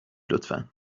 لطفا